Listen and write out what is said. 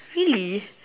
really